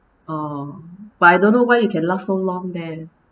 oh but I don't know why you can last so long there